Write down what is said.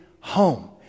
Home